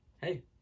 hey